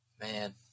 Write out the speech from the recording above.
Man